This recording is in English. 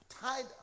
tied